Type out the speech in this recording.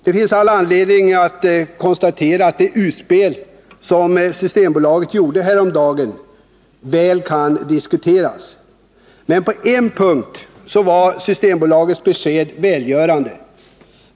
Det finns all anledning att konstatera att det utspel som Systembolaget gjorde häromdagen kan diskuteras, men på en punkt var Systembolagets besked välgörande.